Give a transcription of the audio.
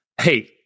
Hey